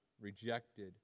rejected